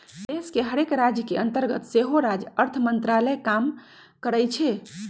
देश के हरेक राज के अंतर्गत सेहो राज्य अर्थ मंत्रालय काम करइ छै